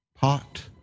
pot